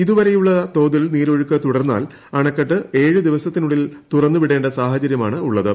ഇതുവരെയുള്ള തോതിൽ നീരൊഴുക്ക് തുടർന്നാൽ അണക്കെട്ട് ഏഴ് ദിവസത്തിനുള്ളിൽ തുറന്ന് വിടേണ്ട സാഹചര്യമാണുള്ളത്